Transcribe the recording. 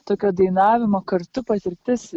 tokio dainavimo kartu patirtis